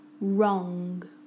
wrong